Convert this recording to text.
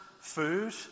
food